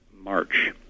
March